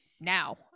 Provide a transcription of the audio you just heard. now